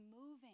moving